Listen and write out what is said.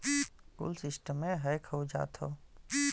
कुल सिस्टमे हैक हो जात हौ